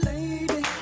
Lady